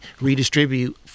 redistribute